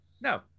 No